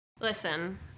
Listen